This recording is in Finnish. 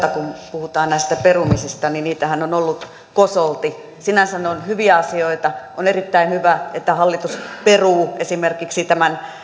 puhutaan näistä perumisista niitähän on ollut kosolti sinänsä ne ovat hyviä asioita on erittäin hyvä että hallitus peruu esimerkiksi tämän